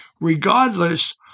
Regardless